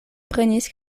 prenis